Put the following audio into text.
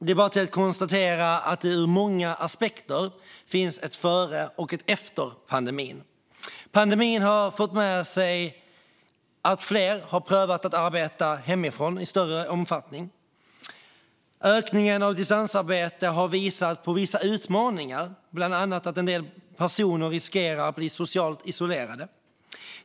Det är bara att konstatera att det ur många aspekter finns ett före och ett efter pandemin. Pandemin har fört med sig att fler har prövat att arbeta hemifrån i större omfattning. Ökningen av distansarbetet har visat på vissa utmaningar, bland annat att en del personer riskerar att bli socialt isolerade.